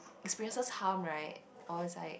experiences half right or it's like